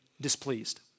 displeased